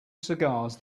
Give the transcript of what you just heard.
cigars